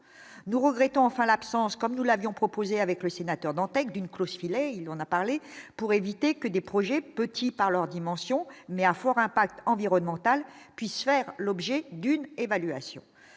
nous regrettons enfin l'absence comme nous l'avions proposé avec le sénateur Dantec d'une cloche, il en a parlé, pour éviter que des projets petits par leur dimension mais un fort impact environnemental puissent faire l'objet d'une évaluation